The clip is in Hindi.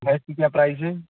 भैंस का क्या प्राइज़ है